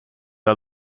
are